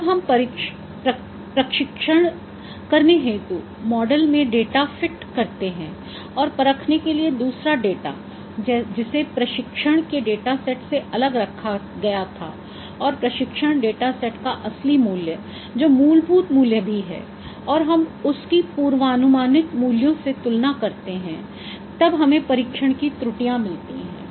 जब हम प्रशिक्षण करने हेतु मॉडल में डेटा फिट करते हैं और परखने के लिए दूसरा डेटा जिसे प्रशिक्षण के डेटा सेट से अलग रखा गया था और प्रशिक्षण डेटा सेट का असली मूल्य जो मूलभूत मूल्य भी है और हम उसकी पूर्वानुमानित मूल्यों से तुलना करते है तब हमें परिक्षण त्रुटियाँ मिलती हैं